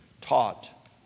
taught